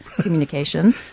communication